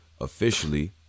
officially